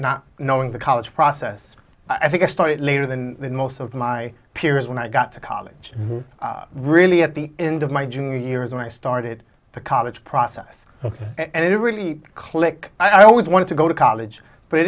not knowing the college process i think i started later than most of my peers when i got to college really at the end of my junior year is when i started the college process and it really click i always wanted to go to college but it